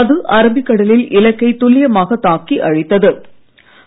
அது அரபிக்கடலில் இலக்கை துல்லியமாக தாக்கி அழித்த்து